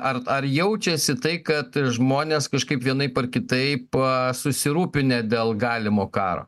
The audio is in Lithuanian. ar ar jaučiasi tai kad žmonės kažkaip vienaip ar kitaip susirūpinę dėl galimo karo